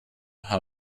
how